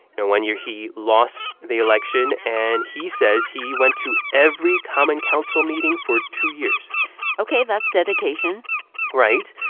know, one year, he lost the election, and he says he went to every common council meeting for two years ok, that's dedication right.